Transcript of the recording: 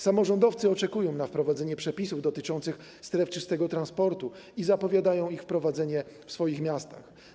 Samorządowcy oczekują wprowadzenia przepisów dotyczących stref czystego transportu i zapowiadają ich wprowadzenie w swoich miastach.